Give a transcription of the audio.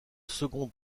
second